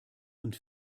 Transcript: und